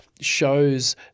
shows